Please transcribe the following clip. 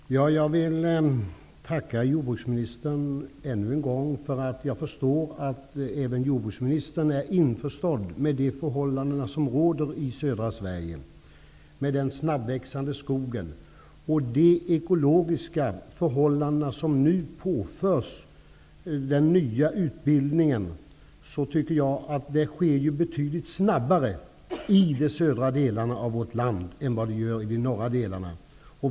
Herr talman! Jag vill ännu en gång tacka jordbruksministern. Jag förstår att även jordbruksministern är införstådd med de förhållanden som råder i södra Sverige, med den snabbväxande skogen. De ekologiska aspekter som nu påförs den nya utbildningen rör förhållanden som utvecklas betydligt snabbare i de södra delarna av vårt land än de norra delarna.